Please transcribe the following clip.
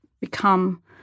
become